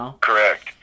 Correct